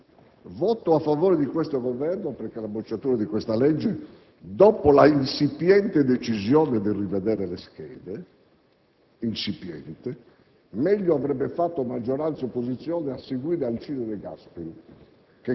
Voto a favore perché la mancata approvazione di queste due leggi getterebbe il Paese nel caos e sfregerebbe il volto già ferito dell'Italia in Europa e nella comunità internazionale.